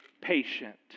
Patient